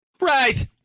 Right